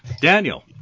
Daniel